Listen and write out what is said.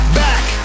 back